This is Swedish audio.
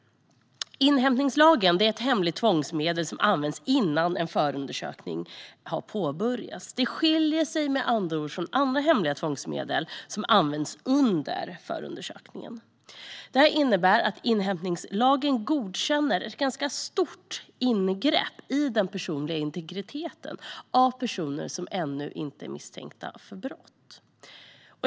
Inhämtningslagen är ett hemligt tvångsmedel som används innan en förundersökning har påbörjats. Det skiljer sig med andra ord från andra hemliga tvångsmedel som används under förundersökningen. Det innebär att inhämtningslagen godkänner ett stort ingrepp i den personliga integriteten hos personer som ännu inte är misstänka för brott.